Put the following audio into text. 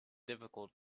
difficult